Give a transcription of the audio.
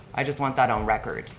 i just want that on record.